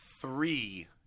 three